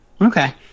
Okay